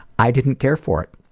i didn't care for it.